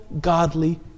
godly